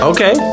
Okay